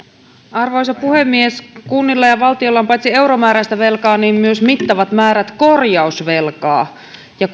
arvoisa puhemies kunnilla ja valtiolla on paitsi euromääräistä velkaa myös mittavat määrät korjausvelkaa ja